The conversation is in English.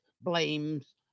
blames